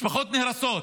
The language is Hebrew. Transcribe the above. משפחות נהרסות.